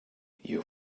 you